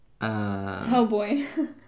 Hellboy